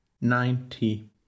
ninety